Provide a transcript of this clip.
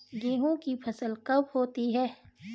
गेहूँ की फसल कब होती है?